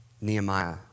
Nehemiah